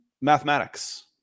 Mathematics